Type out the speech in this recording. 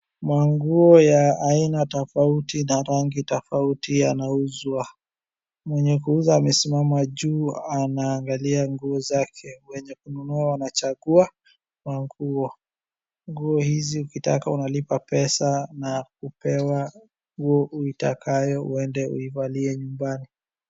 Manguo ya aina tofauti na rangi tofauti yanauzwa. Mwenye kuuza amesimama juu anaangalia nguo zake. Wenye kununua wanachagua manguo. Nguo hizi ukitaka unalipa pesa na kupewa nguo uitakayo uende uivalie nyumbani.